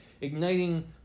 igniting